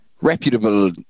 reputable